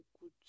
good